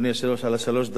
על שלוש הדקות.